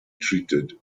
treated